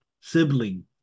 sibling